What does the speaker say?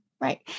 Right